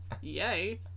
Yay